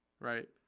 Right